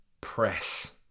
press